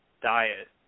diet